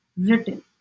written